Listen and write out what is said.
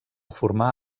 formar